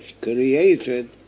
created